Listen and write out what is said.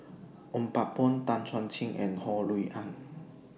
Ong Pang Boon Tan Chuan Jin and Ho Rui An